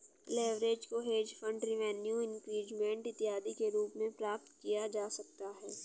leverage को hedge fund revenue increment इत्यादि के रूप में प्राप्त किया जा सकता है